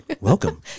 Welcome